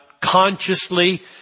consciously